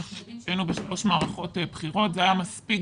היינו בשלוש מערכות בחירות אבל היה מספיק